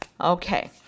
Okay